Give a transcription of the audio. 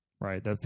right